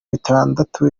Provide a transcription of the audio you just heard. bitandatu